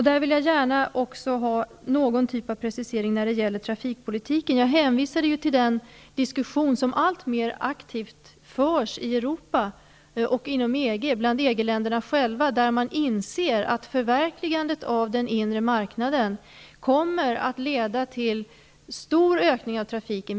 Där vill jag gärna ha någon typ av precisering när det gäller trafikpolitiken. Jag hänvisade till den diskussion som förs alltmer aktivt i Europa och bland EG-länder, där man inser att förverkligandet av den inre marknaden kommer att leda till en stor ökning av trafiken.